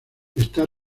está